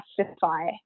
justify